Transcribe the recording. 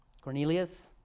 Cornelius